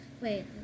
Wait